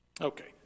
Okay